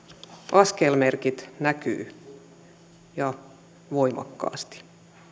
askelmerkit näkyvät ja voimakkaasti